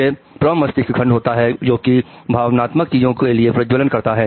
फिर प्रमस्तिष्क खंड होता है जो कि भावनात्मक चीजों के लिए प्रज्वलन करता है